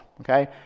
okay